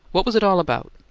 what was it all about?